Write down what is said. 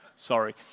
sorry